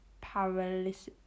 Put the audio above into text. paralysis